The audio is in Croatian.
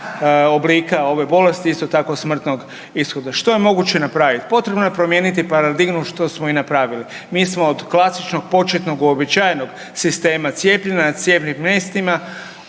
oblika ove bolesti, isto tako od smrtnog ishoda. Što je moguće napravit? Potrebno je promijenit paradigmu, što smo i napravili. Mi smo od klasičnog početnog uobičajenog sistema cijepljenja na cijepnim mjestima